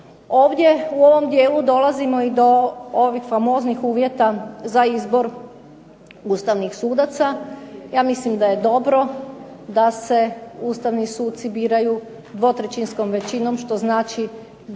Ovdje u ovom dijelu dolazimo i do ovih famoznih uvjeta za izbor ustavnih sudaca. Ja mislim da je dobro da se ustavni suci biraju 2/3-skom većinom što znači